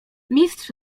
mistrz